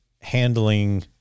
handling